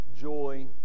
joy